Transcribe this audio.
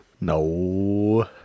no